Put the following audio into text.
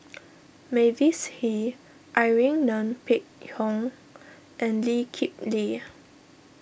Mavis Hee Irene Ng Phek Hoong and Lee Kip Lee